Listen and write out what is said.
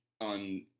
on